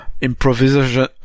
improvisation